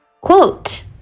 Quote